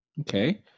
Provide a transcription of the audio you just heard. Okay